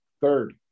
third